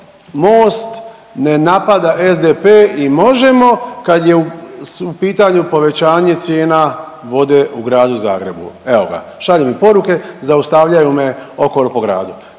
MOST ne napada SDP i Možemo kad su u pitanju povećanje cijena vode u Gradu Zagrebu. Evo ga, šalju mi poruke, zaustavljaju me okolo po gradu.